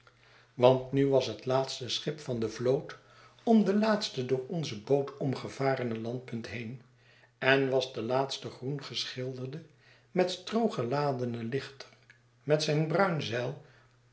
want nu was het laatste schip van de vloot om de laatste door onze boot omgevarene landpunt heen en was de laatste groen geschilderde niet stroo geladene lichter met zijn bruin zeil